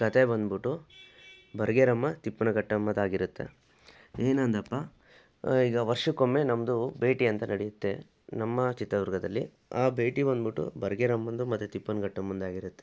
ಕಥೆ ಬಂದುಬಿಟ್ಟು ಬರ್ಗೇರಮ್ಮ ತಿಪ್ಪಿನಘಟ್ಟಮ್ಮದಾಗಿರುತ್ತೆ ಏನಂದಪ್ಪ ಈಗ ವರ್ಷಕೊಮ್ಮೆ ನಮ್ಮದು ಭೇಟಿ ಅಂತ ನಡೆಯುತ್ತೆ ನಮ್ಮ ಚಿತ್ರದುರ್ಗದಲ್ಲಿ ಆ ಭೇಟಿ ಬಂದುಬಿಟ್ಟು ಬರ್ಗೇರಮ್ಮನದು ಮತ್ತೆ ತಿಪ್ಪಿನಘಟ್ಟಮ್ಮಂದಾಗಿರುತ್ತೆ